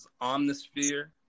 Omnisphere